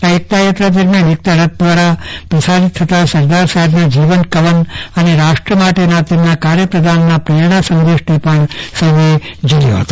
આ એકતા યાત્રા દરમ્યાન એકતા રથ દ્વારા પ્રસારિત થતા સરદાર સાહેબ ના જીવન કવન અને રાષ્ટ્ર માટેના તેમના કાર્યપ્રદાન ના પ્રેરણા સન્દેશ ને પણ સૌ એ ઝીલ્યો હતો